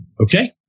Okay